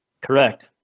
Correct